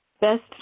best